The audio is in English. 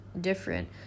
different